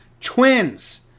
Twins